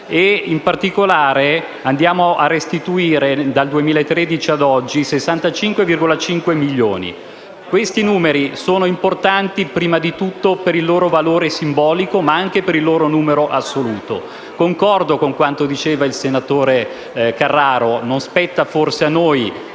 grazie a tutti